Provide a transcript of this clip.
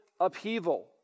upheaval